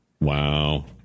Wow